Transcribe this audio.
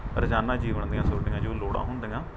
ਰੋਜ਼ਾਨਾ ਜੀਵਨ ਦੀਆਂ ਤੁਹਾਡੀਆਂ ਜੋ ਲੋੜ੍ਹਾਂ ਹੁੰਦੀਆਂ